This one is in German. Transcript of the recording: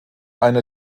eine